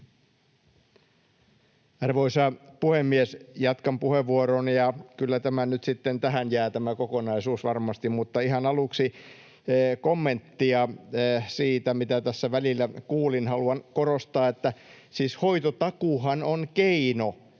Arvoisa puhemies! Jatkan puheenvuorostani, ja kyllä tämä kokonaisuus nyt sitten tähän jää varmasti. Mutta ihan aluksi kommenttia siihen, mitä tässä välillä kuulin. Haluan korostaa, että siis hoitotakuuhan on keino